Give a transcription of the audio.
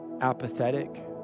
apathetic